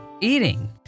eating